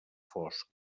fosc